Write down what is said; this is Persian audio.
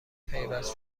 پیوست